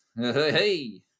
Hey